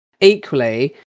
equally